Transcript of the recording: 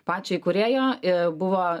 pačio įkūrėjo e buvo